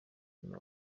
inyuma